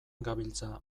gabiltza